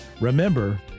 remember